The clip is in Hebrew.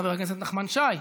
חבר הכנסת נחמן שי,